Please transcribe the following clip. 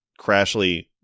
Crashly